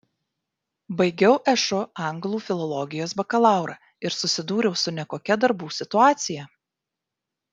baigiau šu anglų filologijos bakalaurą ir susidūriau su nekokia darbų situacija